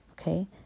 okay